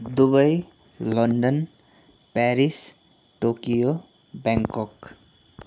Dubai London Paris Tokyo Bangkok